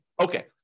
Okay